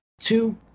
two